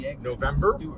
November